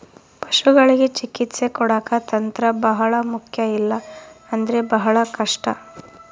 ಪಶುಗಳಿಗೆ ಚಿಕಿತ್ಸೆ ಕೊಡಾಕ ತಂತ್ರ ಬಹಳ ಮುಖ್ಯ ಇಲ್ಲ ಅಂದ್ರೆ ಬಹಳ ಕಷ್ಟ